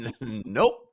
Nope